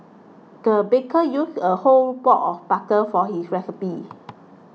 the baker used a whole block of butter for this recipe